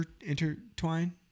intertwine